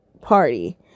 party